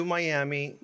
Miami